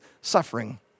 suffering